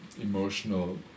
emotional